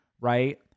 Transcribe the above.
right